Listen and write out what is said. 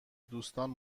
دوستان